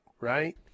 right